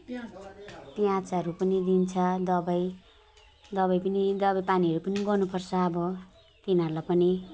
प्याजहरू पनि दिन्छ दबाई दबाई दबाई पानीहरू पनि गर्नु पर्छ अब तिनीहरूलाई पनि